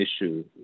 issue